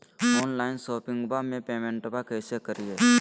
Online शोपिंगबा में पेमेंटबा कैसे करिए?